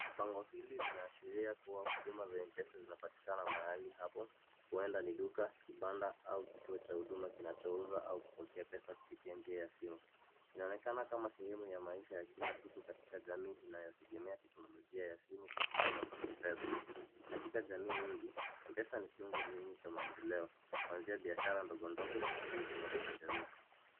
Bango hili linaashiria kuwa huduma za M-Pesa zinapatikana mahali hapo. Huenda ni duka, kibanda au kituo cha huduma kinachouza au kupokea pesa kupitia njia ya simu. Inaonekana kama sehemu ya maisha ya kila siku katika jamii inayotegemea teknolojia ya simu kwa huduma za kifedha. Katika jamii nyingi, M-Pesa ni kiungo muhimu cha maendeleo, kuanzia biashara ndogo ndogo hadi huduma za kijamii.